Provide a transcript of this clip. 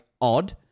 odd